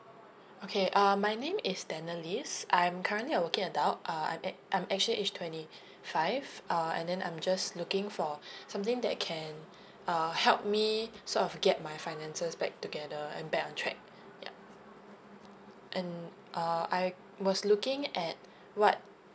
okay uh my name is tannalese I'm currently a working adult uh I'm act~ I'm actually age twenty five uh and then I'm just looking for something that can uh help me sort of get my finances back together and back on track yup and uh I was looking at what